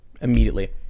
immediately